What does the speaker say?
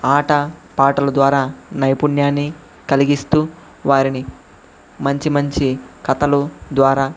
ఆట పాటలు ద్వారా నైపుణ్యాన్ని కలిగిస్తూ వారిని మంచి మంచి కథలు ద్వారా